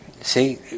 See